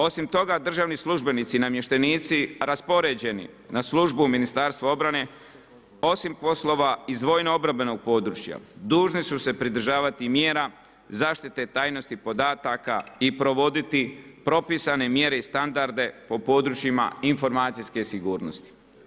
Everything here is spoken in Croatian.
Osim toga, državni službenici i namještenici raspoređeni na službu u Ministarstvo obrane osim poslova iz vojno-obrambenog područja dužni su se pridržavati i mjera zaštite tajnosti podataka i provoditi propisane mjere i standarde po područjima informacijske sigurnosti.